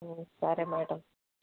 సరే మేడం